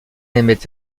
aimait